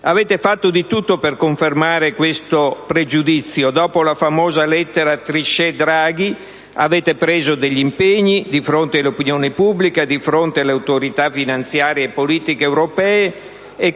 Avete fatto di tutto per confermare tale pregiudizio. Dopo la famosa lettera Trichet-Draghi avete preso degli impegni, di fronte all'opinione pubblica e di fronte alle autorità finanziarie e politiche europee, e